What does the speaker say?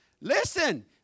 Listen